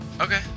Okay